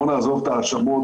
בואו נעזוב את ההאשמות,